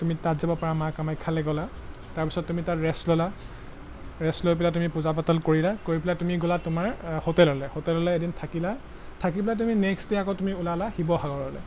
তুমি তাত যাব পাৰা মা কামাখ্যালৈ গ'লা তাৰপিছত তুমি তাত ৰেষ্ট ল'লা ৰেষ্ট লৈ পেলাই তুমি পূজা পাতল কৰিলা কৰি পেলাই তুমি গ'লা তোমাৰ হোটেললৈ হোটেললৈ এদিন থাকিলা থাকি পেলাই তুমি নেক্সট ডে আকৌ তুমি ওলালা শিৱসাগৰলৈ